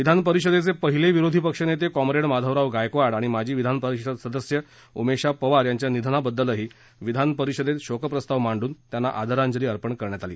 विधानपरिषदेचे पहिले विरोधी पक्षनेते कॉम्रेड माधवराव गायकवाड आणि माजी विधानपरिषद सदस्य उमेशा पवार यांच्या निधनाबद्दलही विधानपरिषदेत शोकप्रस्ताव मांडून त्यांना आदरांजली अर्पण करण्यात आली